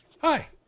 Hi